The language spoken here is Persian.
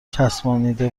چسبانیده